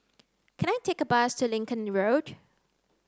can I take a bus to Lincoln Road